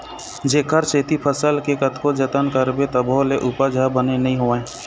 जेखर सेती फसल के कतको जतन करबे तभो ले उपज ह बने नइ होवय